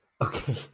okay